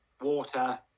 water